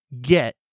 get